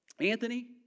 Anthony